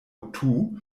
otoo